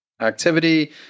activity